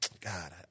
God